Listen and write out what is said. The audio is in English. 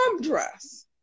dress